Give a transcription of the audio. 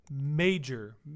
major